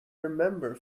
remember